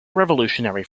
revolutionary